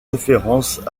référence